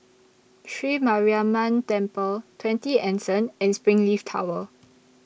Sri Mariamman Temple twenty Anson and Springleaf Tower